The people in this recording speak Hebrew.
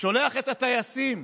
שולח את הטייסים